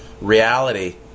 reality